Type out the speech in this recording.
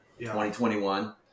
2021